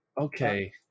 Okay